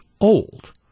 old